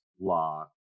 law